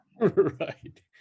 Right